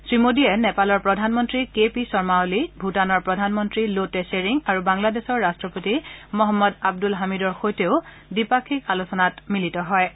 শ্ৰীমোদীয়ে নেপালৰ প্ৰধানমন্ত্ৰী কে পি শৰ্মা অলি ভূটানৰ প্ৰধানমন্ত্ৰী লটে ধেৰিং আৰু বাংলাদেশৰ ৰাট্টপতি মহম্মদ আব্দুল হামিদৰ সৈতেও দ্বিপাক্ষিক আলোচনাত মিলিত হ'ব